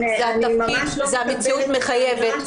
זה המציאות מחייבת,